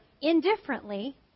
indifferently